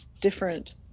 different